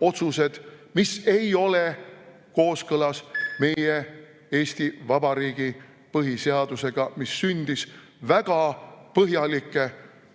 otsused, mis ei ole kooskõlas meie Eesti Vabariigi põhiseadusega, mis sündis väga põhjalike